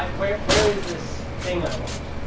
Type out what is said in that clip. um where where is this thing i want,